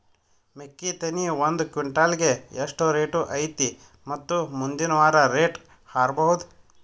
ಮೆಕ್ಕಿ ತೆನಿ ಒಂದು ಕ್ವಿಂಟಾಲ್ ಗೆ ಎಷ್ಟು ರೇಟು ಐತಿ ಮತ್ತು ಮುಂದಿನ ವಾರ ರೇಟ್ ಹಾರಬಹುದ?